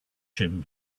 him